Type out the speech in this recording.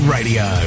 Radio